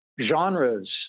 genres